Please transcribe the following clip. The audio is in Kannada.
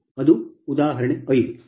ಅದು ಉದಾಹರಣೆ 5